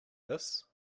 this